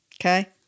okay